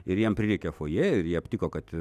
ir jiem prireikė fojė ir į aptiko kad